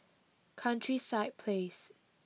Countryside Place